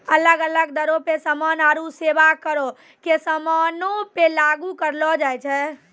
अलग अलग दरो पे समान आरु सेबा करो के समानो पे लागू करलो जाय छै